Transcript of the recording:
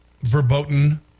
verboten